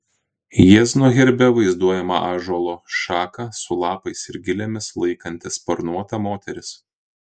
jiezno herbe vaizduojama ąžuolo šaką su lapais ir gilėmis laikanti sparnuota moteris